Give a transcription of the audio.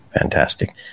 Fantastic